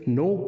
no